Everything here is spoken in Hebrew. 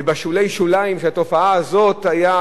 ובשולי שוליים של התופעה הזאת היו,